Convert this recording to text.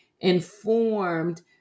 informed